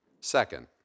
Second